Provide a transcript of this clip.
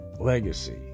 Legacy